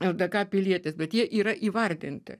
ldk pilietis bet jie yra įvardinti